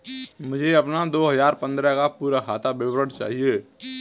मुझे अपना दो हजार पन्द्रह का पूरा खाता विवरण दिखाएँ?